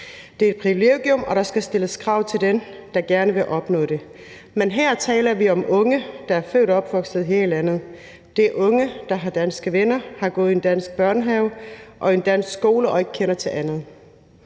Det er et privilegium, og der skal stilles krav til den, der gerne vil opnå det. Men her taler vi om unge, der er født og opvokset her i landet. Det er unge, der har danske venner, har gået i en dansk børnehave og en dansk skole og ikke kender til andet.